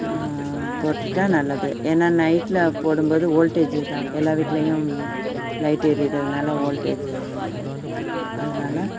போட்டுவிட்டா நல்லது ஏன்னா நைட்டில் போடும்போது ஓல்டேஜி தான் எல்லா வீட்லையும் லைட்டு ஏரியிறதுனால ஓல்டேஜி இதாவும் அதனால